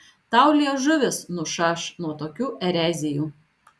tau liežuvis nušaš nuo tokių erezijų